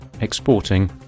exporting